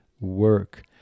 work